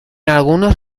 algunos